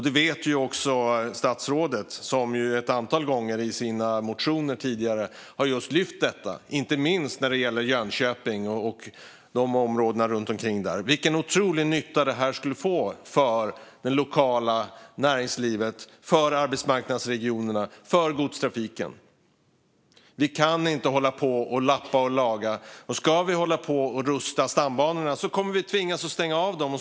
Det vet också statsrådet som ett antal gånger i sina motioner tidigare har lyft fram just detta, inte minst när det gäller Jönköping och områdena runt Jönköping. Vilken otrolig nytta detta skulle få för det lokala näringslivet, för arbetsmarknadsregionerna och för godstrafiken. Vi kan inte hålla på och lappa och laga. Och ska vi rusta stambanorna kommer vi att tvingas stänga av dem.